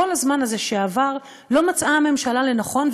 בכל הזמן הזה שעבר לא מצאה הממשלה לנכון,